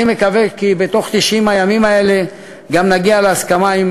אני מקווה שבתוך 90 הימים האלה גם נגיע להסכמה עם